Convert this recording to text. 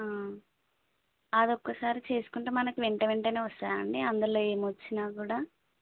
అది ఒకసారి చేసుకుంటే మనకు వెంట వెంటనే వస్తాయి అండి అందులో ఏమి వచ్చినా కూడా